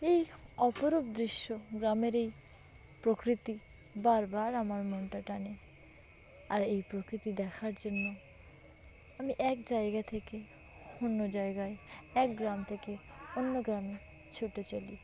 এই অপরূপ দৃশ্য গ্রামের এই প্রকৃতি বারবারার আমার মনটা টানে আর এই প্রকৃতি দেখার জন্য আমি এক জায়গা থেকে অন্য জায়গায় এক গ্রাম থেকে অন্য গ্রামে ছুটে চলি